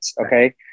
Okay